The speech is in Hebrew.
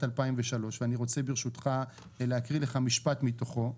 2003 ואני רוצה ברשותך להקריא לך משפט מתוכו.